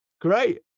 great